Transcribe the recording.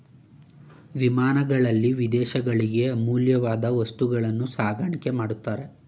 ವಿಮಾನಗಳಲ್ಲಿ ವಿದೇಶಗಳಿಗೆ ಅಮೂಲ್ಯವಾದ ವಸ್ತುಗಳನ್ನು ಸಾಗಾಣಿಕೆ ಮಾಡುತ್ತಾರೆ